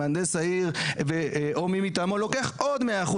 מהנדס העיר או מי מטעמו לוקח עוד 100%,